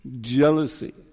Jealousy